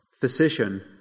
Physician